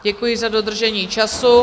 Děkuji za dodržení času.